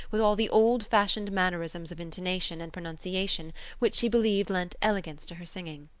with all the old-fashioned mannerisms of intonation and pronunciation which she believed lent elegance to her singing.